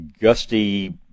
gusty